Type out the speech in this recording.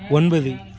ஒன்பது